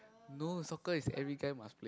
no soccer is every guy must play one